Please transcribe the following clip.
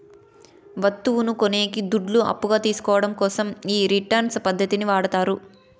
వత్తువును కొనేకి దుడ్లు అప్పుగా తీసుకోవడం కోసం ఈ రిటర్న్స్ పద్ధతిని వాడతారు